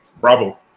Bravo